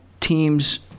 teams